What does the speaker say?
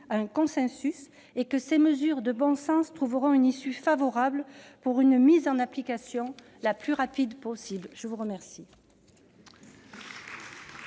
un consensus et que ces mesures de bon sens trouveront une issue favorable, pour une mise en application la plus rapide possible. La parole